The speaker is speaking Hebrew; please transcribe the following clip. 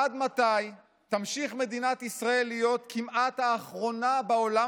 עד מתי תמשיך מדינת ישראל להיות כמעט האחרונה בעולם